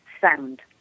sound